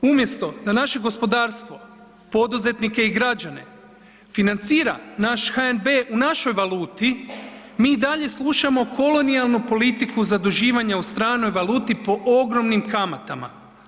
Umjesto da naše gospodarstvo poduzetnike i građane financira naš HNB u našoj valuti, mi i dalje slušamo kolonijalnu politiku zaduživanja u stranoj valuti po ogromnim kamatama.